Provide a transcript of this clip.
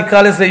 נקרא לזה,